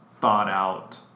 thought-out